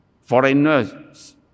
foreigners